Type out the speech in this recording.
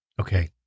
Okay